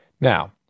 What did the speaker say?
Now